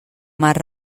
mar